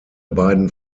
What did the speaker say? beiden